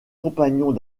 compagnons